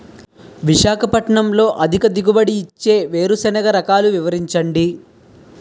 విశాఖపట్నంలో అధిక దిగుబడి ఇచ్చే వేరుసెనగ రకాలు వివరించండి?